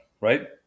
right